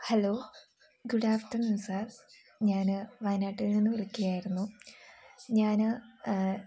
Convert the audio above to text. hello good afternoon sir ഞാൻ വയനാട്ടിൽ നിന്ന് വിളിക്കുകയായിരുന്നു ഞാൻ